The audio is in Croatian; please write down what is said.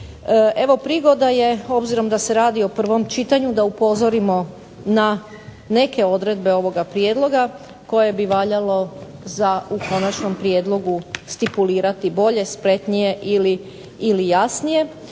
Evo prigoda je obzirom da se radi o prvom čitanju da upozorimo na neke odredbe ovoga prijedloga koje bi valjalo u Konačnom prijedlogu stipulirati bolje, spretnije ili jasnije.